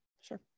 Sure